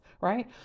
right